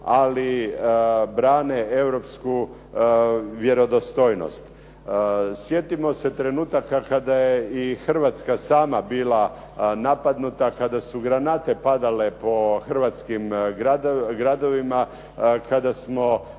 ali brane europsku vjerodostojnost. Sjetimo se trenutaka kad je i Hrvatska sama bila napadnuta, kada su granate padale po hrvatskim gradovima, kada smo